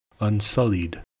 Unsullied